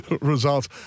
results